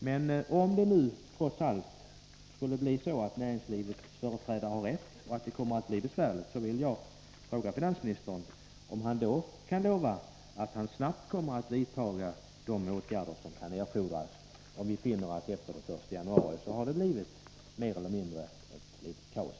Men om det nu trots allt skulle bli så att näringslivets företrädare har rätt och att vi efter den 1 januari finner att det blivit mer eller mindre kaos, vill jag fråga om finansministern kan lova att han snabbt kommer att vidta de åtgärder som kan erfordras.